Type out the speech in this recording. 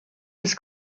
his